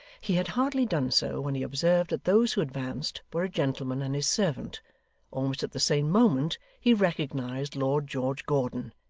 he had hardly done so, when he observed that those who advanced were a gentleman and his servant almost at the same moment he recognised lord george gordon,